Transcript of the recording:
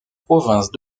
provinces